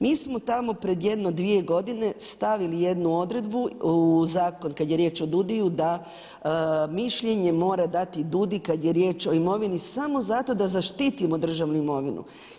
Mi smo tamo pred jedno dvije godine stavili jednu odredbu u zakon kad je riječ o DUUDI-ju da mišljenje mora dati DUUDI kad je riječ o imovini samo zato da zaštitimo državnu imovinu.